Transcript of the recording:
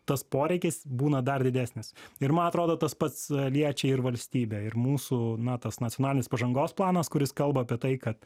tas poreikis būna dar didesnis ir man atrodo tas pats liečia ir valstybę ir mūsų na tas nacionalinis pažangos planas kuris kalba apie tai kad